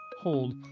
hold